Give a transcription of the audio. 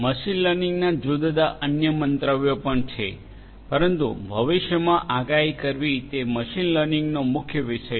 machine લર્નિંગના જુદા જુદા અન્ય મંતવ્યો પણ છે પરંતુ ભવિષ્યમાં આગાહીઓ કરવી તે મશીન લર્નિંગનો મુખ્ય વિષય છે